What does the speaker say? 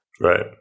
Right